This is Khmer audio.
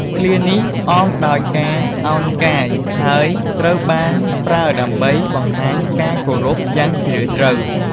ឃ្លានេះអមដោយការឱនកាយ ហើយត្រូវបានប្រើដើម្បីបង្ហាញការគោរពយ៉ាងជ្រាលជ្រៅ។